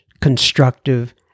constructive